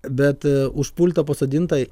bet už pulto pasodinta